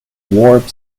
warp